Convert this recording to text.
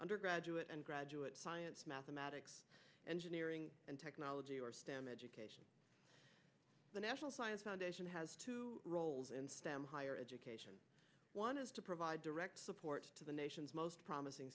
undergraduate and graduate science mathematics engineering and technology education the national science foundation has two roles in stem higher education one is to provide direct support to the nation's most promising